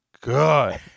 Good